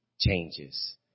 changes